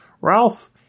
Ralph